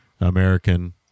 American